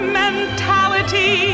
mentality